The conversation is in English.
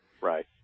Right